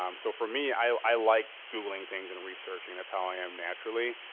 um so for me, i i like googling things and researching, that's how i am naturally.